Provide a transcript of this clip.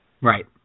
Right